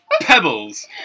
pebbles